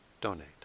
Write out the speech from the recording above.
donate